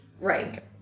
Right